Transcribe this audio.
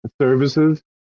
services